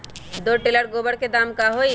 दो टेलर गोबर के दाम का होई?